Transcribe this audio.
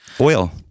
Oil